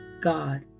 God